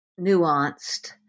nuanced